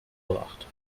gebracht